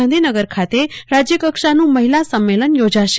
ગાંધીનગર ખાતે રાજયકક્ષાનું મહિલા સંમેલન યોજાશે